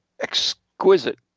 exquisite